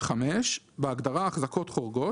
בהגדרה "החזקות חורגות",